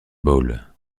bowl